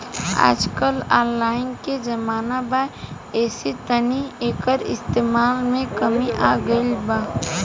आजकल ऑनलाइन के जमाना बा ऐसे तनी एकर इस्तमाल में कमी आ गइल बा